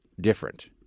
different